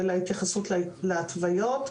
ולהתייחסות להתוויות,